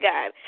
God